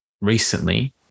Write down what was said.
recently